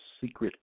secret